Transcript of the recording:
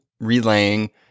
relaying